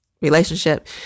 relationship